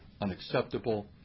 unacceptable